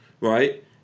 right